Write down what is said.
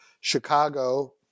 Chicago